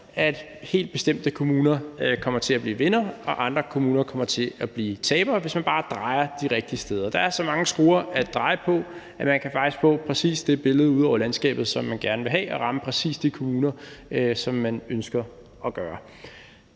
at helt bestemte kommuner bliver vindere og andre kommuner bliver tabere, hvis man bare drejer de rigtige steder. Der er så mange skruer at dreje på, at man faktisk kan få præcis det billede af landskabet, som man gerne vil have, og ramme præcis de kommuner, som man ønsker at ramme.